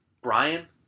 Brian